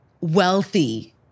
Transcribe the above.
wealthy